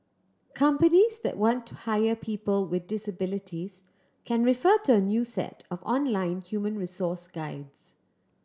companies that want to hire people with disabilities can refer to a new set of online human resource guides